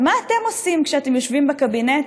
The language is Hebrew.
ומה אתם עושים כשאתם יושבים בקבינט